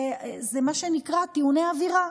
זה מה שנקרא "טיעוני אווירה".